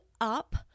up